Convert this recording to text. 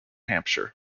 hampshire